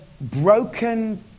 broken